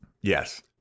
Yes